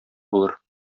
булыр